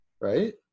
right